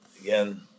again